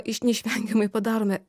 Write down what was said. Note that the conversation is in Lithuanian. iš neišvengiamai padarome